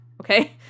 Okay